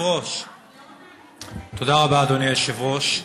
תודה רבה, אדוני היושב-ראש.